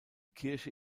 kirche